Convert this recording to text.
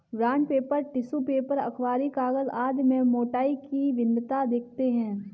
bond paper, tissue paper, अखबारी कागज आदि में मोटाई की भिन्नता देखते हैं